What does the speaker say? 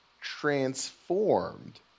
transformed